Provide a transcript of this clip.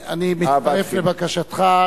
אני מצטרף לבקשתך,